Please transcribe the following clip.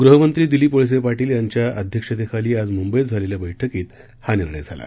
गृहमंत्री दिलीप वळसे पाटील यांच्या अध्यक्षतेखाली आज मुंबईत झालेल्या बैठकीत हा निर्णय झाला